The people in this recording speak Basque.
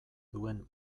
duen